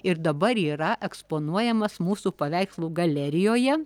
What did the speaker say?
ir dabar yra eksponuojamas mūsų paveikslų galerijoje